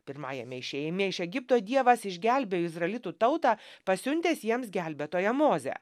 pirmajame išėjime iš egipto dievas išgelbėjo izralitų tautą pasiuntęs jiems gelbėtoją mozę